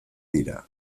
dira